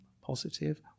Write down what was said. positive